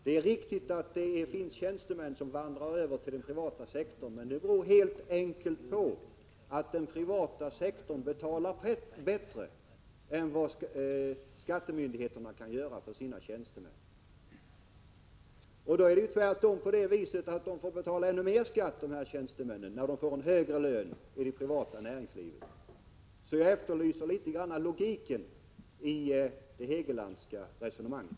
Det är riktigt att det finns tjänstemän som vandrar över till den privata sektorn, men det beror helt enkelt på att den privata sektorn betalar tjänstemännen bättre än vad skattemyndigheterna kan göra. Men när tjänstemännen får en högre lön i det privata näringslivet måste de ju betala ännu mer skatt, så jag efterlyser logiken i det Hegelandska resonemanget.